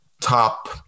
top